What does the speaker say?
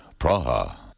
Praha